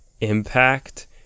impact